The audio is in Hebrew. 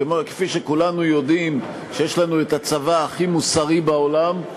כי כפי שכולנו יודעים שיש לנו הצבא הכי מוסרי בעולם,